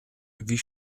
wie